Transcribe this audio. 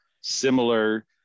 similar